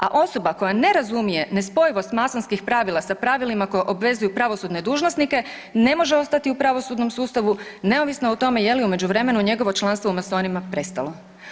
A osoba koja ne razumije nespojivost masonskih pravila sa pravilima koja obvezuju pravosudne dužnosnike ne može ostati u pravosudnom sustavu neovisno o tome je li u međuvremenu njegovo članstvo u masonima prestalo.